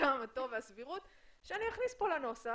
שאכניס לנוסח